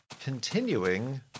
continuing